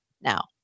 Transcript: now